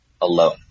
alone